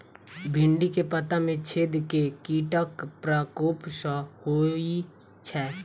भिन्डी केँ पत्ता मे छेद केँ कीटक प्रकोप सऽ होइ छै?